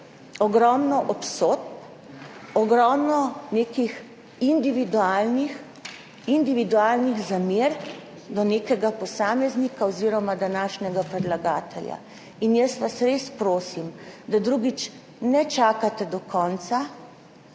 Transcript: ogromno obsodb, ogromno nekih individualnih zamer do nekega posameznika oziroma današnjega predlagatelja. Jaz vas res prosim, da drugič ne čakate do konca,